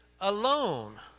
alone